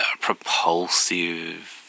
propulsive